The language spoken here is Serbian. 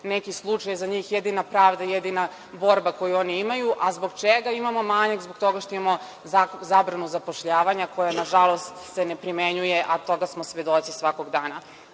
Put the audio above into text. neki slučaj, za njih jedina pravda, jedina borba koju oni imaju. A zbog čega imamo manjak? Zbog toga što imamo zabranu zapošljavanja, koja se, nažalost, ne primenjuje, a toga smo svedoci svakog dana.